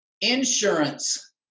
insurance